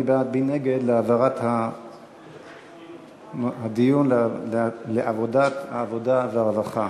מי בעד ומי נגד העברת הדיון לוועדת העבודה והרווחה?